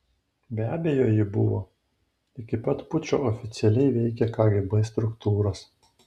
be abejo ji buvo iki pat pučo oficialiai veikė kgb struktūros